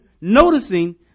noticing